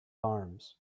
arms